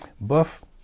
Buff